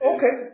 Okay